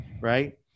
Right